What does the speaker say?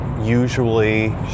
usually